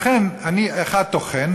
לכן אחד טוחן,